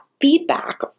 feedback